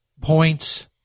points